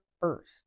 first